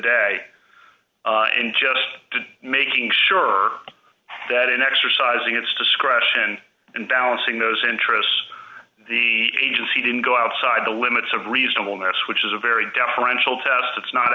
day and just to making sure that in exercising its discretion and balancing those interests the agency didn't go outside the limits of reasonableness which is a very deferential test it's not